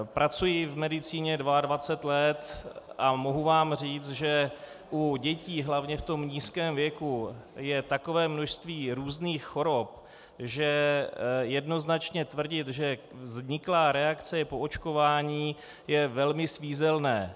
Pracuji v medicíně 22 let a mohu vám říct, že u dětí hlavně v tom nízkém věku je takové množství různých chorob, že jednoznačně tvrdit, že vzniklá reakce je po očkování, je velmi svízelné.